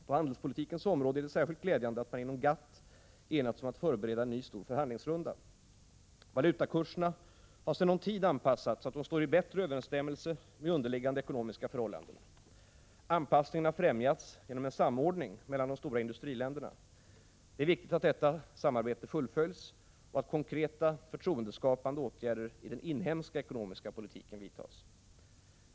På handelspolitikens område är det särskilt glädjande att man inom GATT enats om att förbereda en ny stor förhandlingsrunda. Valutakurserna har sedan någon tid anpassats så att de står i bättre överensstämmelse med underliggande ekonomiska förhållanden. Anpassningen har främjats genom en samordning mellan de stora industriländerna. Det är viktigt att detta samarbete fullföljs och att konkreta förtroendeskapande åtgärder i den inhemska ekonomiska politiken vidtas.